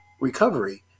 recovery